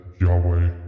Yahweh